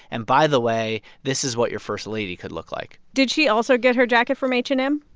and, by the way, this is what your first lady could look like did she also get her jacket from h and m?